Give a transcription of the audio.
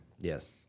Yes